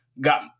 got